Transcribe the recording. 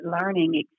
learning